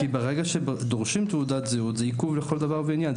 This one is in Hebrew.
ברגע שדורשים תעודת זהות זה עיכוב לכל דבר ועניין.